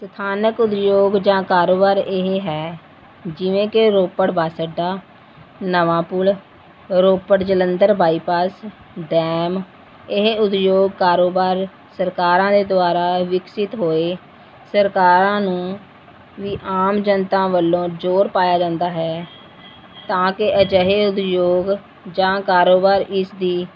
ਸਥਾਨਕ ਉਦਯੋਗ ਜਾਂ ਕਾਰੋਬਾਰ ਇਹ ਹੈ ਜਿਵੇਂ ਕਿ ਰੋਪੜ ਬੱਸ ਅੱਡਾ ਨਵਾਂ ਪੁਲ ਰੋਪੜ ਜਲੰਧਰ ਬਾਈਪਾਸ ਡੈਮ ਇਹ ਉਦਯੋਗ ਕਾਰੋਬਾਰ ਸਰਕਾਰਾਂ ਦੇ ਦੁਆਰਾ ਵਿਕਸਿਤ ਹੋਏ ਸਰਕਾਰਾਂ ਨੂੰ ਵੀ ਆਮ ਜਨਤਾ ਵੱਲੋਂ ਜ਼ੋਰ ਪਾਇਆ ਜਾਂਦਾ ਹੈ ਤਾਂ ਕਿ ਅਜਿਹੇ ਉਦਯੋਗ ਜਾਂ ਕਾਰੋਬਾਰ ਇਸ ਦੀ